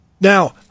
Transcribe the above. Now